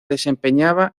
desempeñaba